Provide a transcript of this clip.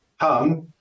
Hum